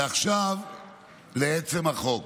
ועכשיו לעצם החוק: